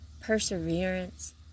perseverance